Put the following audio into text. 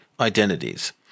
Identities